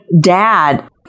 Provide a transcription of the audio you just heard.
dad